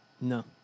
No